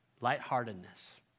lightheartedness